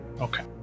Okay